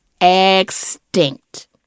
extinct